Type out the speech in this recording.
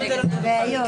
מי נמנע?